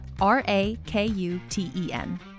R-A-K-U-T-E-N